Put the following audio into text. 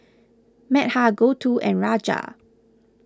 Medha Gouthu and Raja